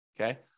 okay